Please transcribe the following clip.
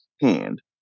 hand